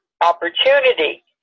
opportunity